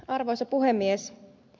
arvoisa puhemies